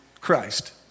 Christ